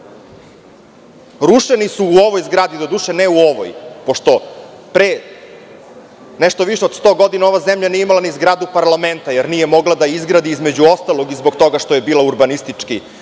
put.Rušeni su u ovoj zgradi, doduše ne u ovoj, pošto pre nešto više od 100 godina ova zemlja nije imala ni zgradu parlamenta jer nije mogla da je izgradi između ostalog i zbog toga što je bila urbanistički